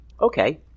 Okay